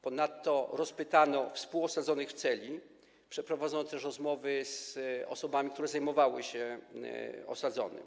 Ponadto rozpytano współosadzonych w celi, przeprowadzono też rozmowy z osobami, które zajmowały się osadzonym.